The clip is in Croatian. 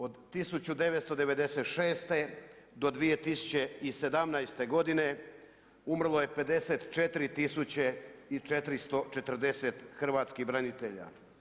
Od 1996. do 2017. godine umrlo je 54 tisuće i 440 hrvatskih branitelja.